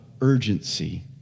urgency